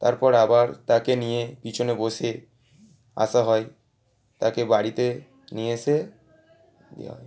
তারপর আবার তাকে নিয়ে পিছনে বসে আসা হয় তাকে বাড়িতে নিয়ে এসে দেওয়া হয়